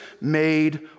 made